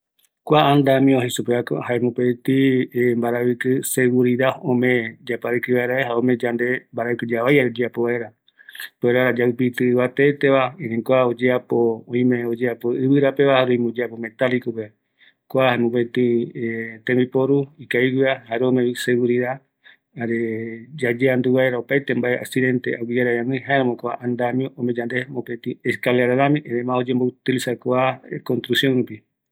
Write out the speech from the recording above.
Kua andamio jaeko oyeapo ɨvɨrapeva, jare fierropeva, kua jae yeupitɨa ivateva, yayapo vaera mbaravɨkɨ ɨvateva, oyeapo yave oo tuisavareta